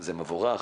זה מבורך,